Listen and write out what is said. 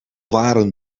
waren